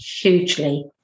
hugely